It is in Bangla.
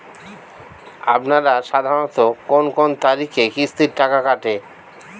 আপনারা সাধারণত কোন কোন তারিখে কিস্তির টাকা কাটে?